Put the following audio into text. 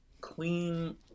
clean